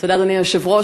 אדוני היושב-ראש,